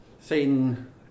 satan